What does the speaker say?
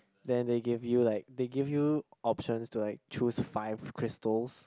then they give you like they give you options to like choose five crystals